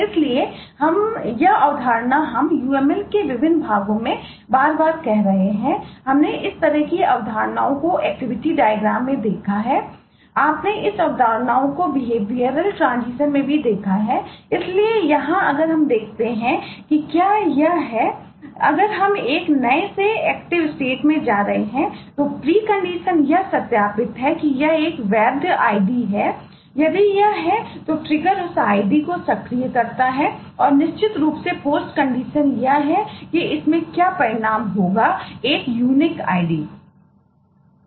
इसलिए यह अवधारणा हम uml के विभिन्न भागों में बार बार कह रहे हैं हमने इस तरह की अवधारणाओं को एक्टिविटी डायग्राम यह है कि इससे क्या परिणाम होगा एक अद्वितीय id